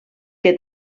que